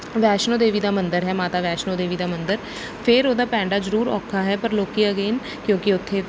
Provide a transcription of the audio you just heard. ਵੈਸ਼ਨੋ ਦੇਵੀ ਦਾ ਮੰਦਰ ਹੈ ਮਾਤਾ ਵੈਸ਼ਨੋ ਦੇਵੀ ਦਾ ਮੰਦਰ ਫਿਰ ਉਹਦਾ ਪੈਂਡਾ ਜ਼ਰੂਰ ਔਖਾ ਹੈ ਪਰ ਲੋਕ ਅਗੇਨ ਕਿਉਂਕਿ ਉੱਥੇ